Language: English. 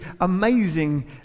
amazing